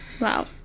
Wow